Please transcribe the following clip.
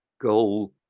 goal